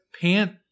pant